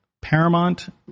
Paramount